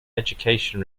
education